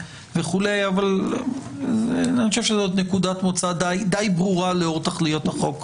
אבל אני חושב שזאת נקודת מוצא די ברורה לאור תכליות החוק.